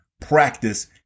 practice